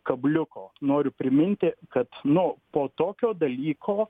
kabliuko noriu priminti kad nu po tokio dalyko